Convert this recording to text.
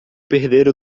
perder